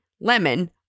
lemon